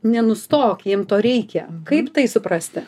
nenustok jiem to reikia kaip tai suprasti